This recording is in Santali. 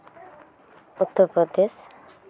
ᱩᱛᱛᱚᱨᱯᱨᱚᱫᱮᱥ